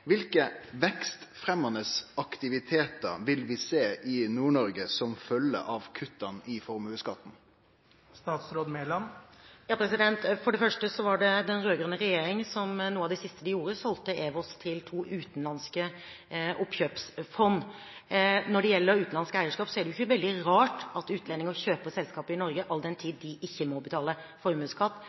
Kva for vekstfremmande aktivitetar vil vi sjå i Nord-Noreg som følgje av kutta i formuesskatten? For det første var det den rød-grønne regjeringen som, som noe av det siste de gjorde, solgte EWOS til to utenlandske oppkjøpsfond. Når det gjelder utenlandsk eierskap, er det jo ikke så veldig rart at utlendinger kjøper selskap i Norge, all den tid de ikke må betale formuesskatt